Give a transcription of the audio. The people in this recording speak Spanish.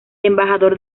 embajador